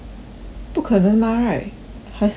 不可能 mah right 还是是 dao pok